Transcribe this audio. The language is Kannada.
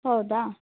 ಹೌದಾ